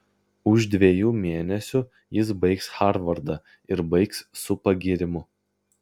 už dviejų mėnesių jis baigs harvardą ir baigs su pagyrimu